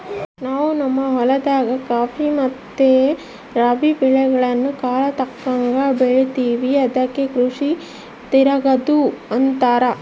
ನಾವು ನಮ್ಮ ಹೊಲದಾಗ ಖಾಫಿ ಮತ್ತೆ ರಾಬಿ ಬೆಳೆಗಳ್ನ ಕಾಲಕ್ಕತಕ್ಕಂಗ ಬೆಳಿತಿವಿ ಅದಕ್ಕ ಕೃಷಿ ತಿರಗದು ಅಂತಾರ